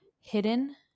hidden